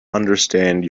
understand